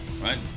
Right